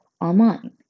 online